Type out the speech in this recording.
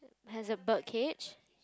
has a bird cage